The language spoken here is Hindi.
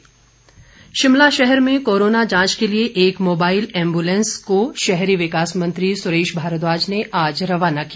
एम्बुलेंस शिमला शहर में कोरोना जांच के लिए एक मोबाईल एम्बुलेंस को शहरी विकास मंत्री सुरेश भारद्वाज ने आज रवाना किया